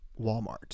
Walmart